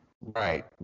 Right